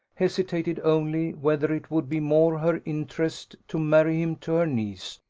hesitated only whether it would be more her interest to marry him to her niece,